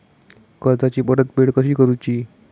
कर्जाची परतफेड कशी करूची?